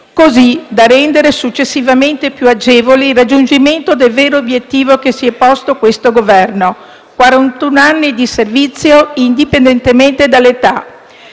così da rendere successivamente più agevole il raggiungimento del vero obiettivo che si è posto questo Governo: quarantuno anni di servizio indipendentemente dall'età.